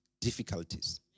difficulties